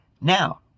now